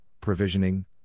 provisioning